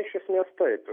iš esmės taip